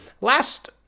last